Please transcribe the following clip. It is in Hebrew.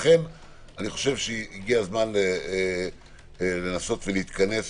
לכן הגיע הזמן לנסות להתכנס